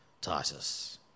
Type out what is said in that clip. Titus